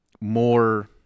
more